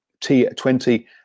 T20